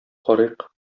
карыйк